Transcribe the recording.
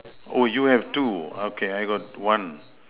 oh you have two okay I got one